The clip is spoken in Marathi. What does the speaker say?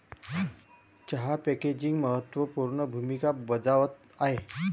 चहा पॅकेजिंग महत्त्व पूर्ण भूमिका बजावत आहे